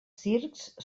circs